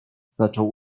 zaczął